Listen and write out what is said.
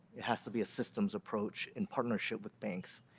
it has to be a systems approach in partnership with banks.